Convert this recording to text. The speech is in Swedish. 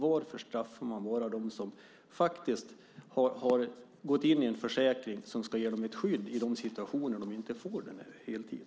Varför straffar man bara dem som har gått in i en försäkring som ska ge dem ett skydd i de situationer där de inte får arbeta heltid?